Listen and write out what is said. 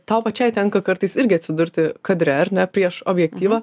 tau pačiai tenka kartais irgi atsidurti kadre ar ne prieš objektyvą